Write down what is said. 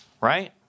Right